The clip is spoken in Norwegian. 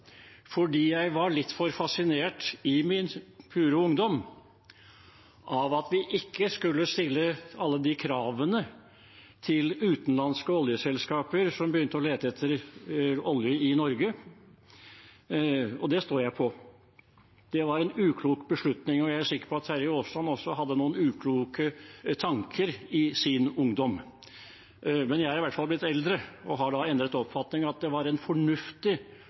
jeg har bedt om unnskyldning fordi jeg i min pure ungdom var litt for fascinert av at vi ikke skulle stille alle de kravene til utenlandske oljeselskaper som begynte å lete etter olje i Norge. Det står jeg på. Det var en uklok beslutning. Jeg er sikker på at Terje Aasland også hadde noen ukloke tanker i sin ungdom. Men jeg er i hvert fall blitt eldre og har endret oppfatning. Det var en fornuftig